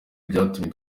byatumye